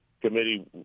committee